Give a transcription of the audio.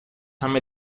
همه